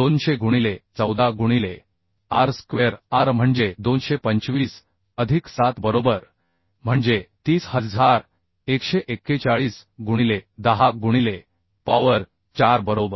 200 गुणिले 14 गुणिले R square R म्हणजे 225 अधिक 7 बरोबर म्हणजे 30141 गुणिले 10 गुणिले पॉवर 4 बरोबर